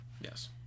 Yes